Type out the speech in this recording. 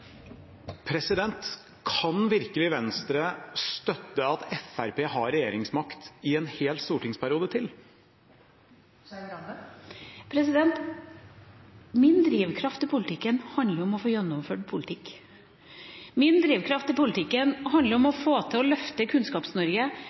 Kan virkelig Venstre støtte at Fremskrittspartiet har regjeringsmakt i en hel stortingsperiode til? Min drivkraft i politikken handler om å få gjennomført politikk. Min drivkraft i politikken handler om å